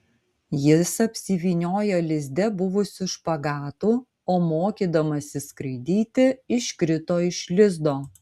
jis apsivyniojo lizde buvusiu špagatu o mokydamasis skraidyti iškrito iš lizdo